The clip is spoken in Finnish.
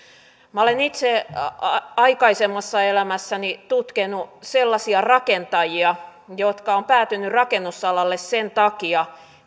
olen itse aikaisemmassa elämässäni tutkinut sellaisia rakentajia jotka ovat päätyneet rakennusalalle sen takia